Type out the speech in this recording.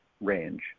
range